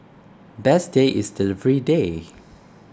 best day is delivery day